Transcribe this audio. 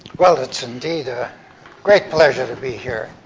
well, it's indeed a great pleasure to be here.